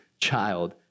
child